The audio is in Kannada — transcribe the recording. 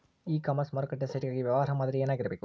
ಇ ಕಾಮರ್ಸ್ ಮಾರುಕಟ್ಟೆ ಸೈಟ್ ಗಾಗಿ ವ್ಯವಹಾರ ಮಾದರಿ ಏನಾಗಿರಬೇಕು?